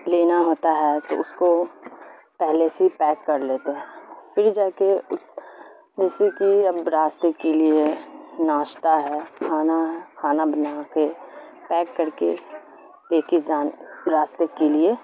لینا ہوتا ہے تو اس کو پہلے سے ہی پیک کر لیتے ہیں پھر جا کے جیسے کہ اب راستے کے لیے ناشتہ ہے کھانا کھانا بنا کے پیک کر کے لے کے جان راستے کے لیے